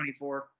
24